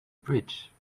bridge